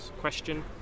question